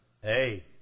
Hey